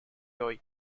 hoy